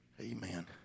Amen